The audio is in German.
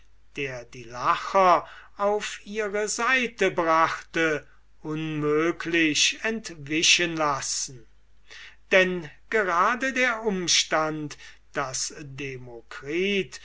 der die lacher auf ihre seite brachte unmöglich entwischen lassen denn gerade der umstand daß demokrit